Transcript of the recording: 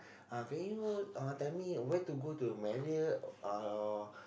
uh can you uh tell me where to go to Marriott uh